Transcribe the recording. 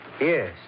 Yes